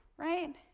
right,